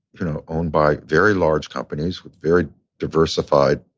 you know, owned by very large companies with very diversified,